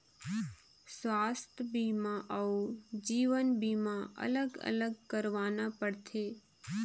स्वास्थ बीमा अउ जीवन बीमा अलग अलग करवाना पड़थे?